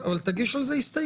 אבל תגיש על זה הסתייגות.